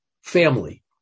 family